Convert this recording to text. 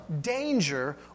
danger